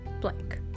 blank